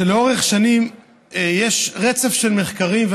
שלאורך שנים יש רצף של מחקרים,